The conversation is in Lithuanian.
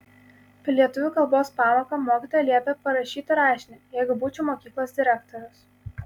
per lietuvių kalbos pamoką mokytoja liepė parašyti rašinį jeigu būčiau mokyklos direktorius